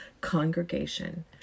congregation